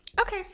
okay